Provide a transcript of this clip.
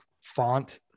font